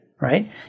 right